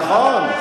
נכון.